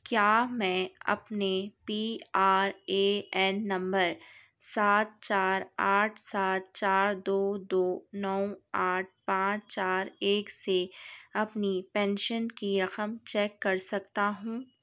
کیا میں اپنے پی آر اے این نمبر سات چار آٹھ سات چار دو دو نو آٹھ پانچ چار ایک سے اپنی پینشن کی رقم چیک کر سکتا ہوں